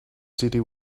city